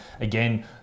Again